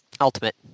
Ultimate